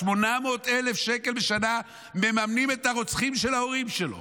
800,000 שקל בשנה מממנים את הרוצחים של ההורים שלו